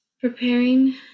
preparing